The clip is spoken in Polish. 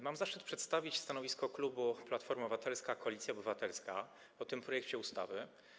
Mam zaszczyt przedstawić stanowisko klubu Platforma Obywatelska - Koalicja Obywatelska wobec tego projektu ustawy.